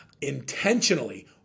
intentionally